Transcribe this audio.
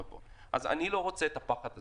אני לא רוצה את הפחד הזה,